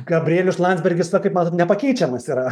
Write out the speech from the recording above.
gabrielius landsbergis va kaip matot nepakeičiamas yra